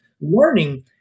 learning